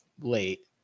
late